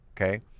Okay